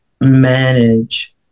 manage